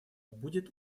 будет